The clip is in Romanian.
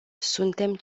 suntem